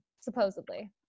supposedly